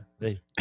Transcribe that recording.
Hey